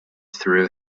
threw